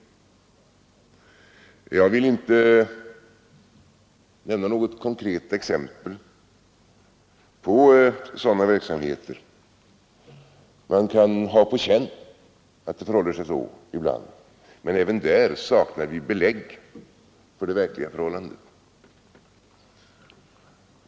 Jag vill inte nämna något konkret exempel på sådana verksamheter. Man kan ha på känn att det förhåller sig så ibland, men även där saknar vi belägg för det verkliga förhållandet.